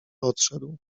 odszedł